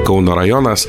kauno rajonas